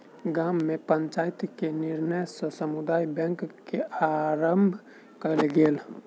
गाम में पंचायत के निर्णय सॅ समुदाय बैंक के आरम्भ कयल गेल